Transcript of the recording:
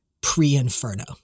pre-Inferno